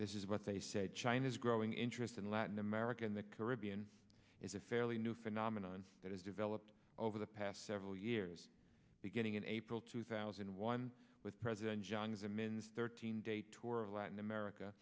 this is what they said china's growing interest in latin america and the caribbean is a fairly new phenomenon that has developed over the past several years beginning in april two thousand and one with president jiang zemin thirteen day tour of latin america